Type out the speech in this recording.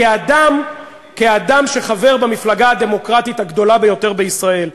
כאדם שחבר במפלגה הדמוקרטית הגדולה ביותר בישראל,